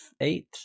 eight